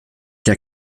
der